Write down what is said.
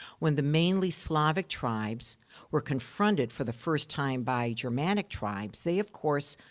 when the mainly slavic tribes were confronted for the first time by germanic tribes, they, of course,